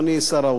ואני אומר לך,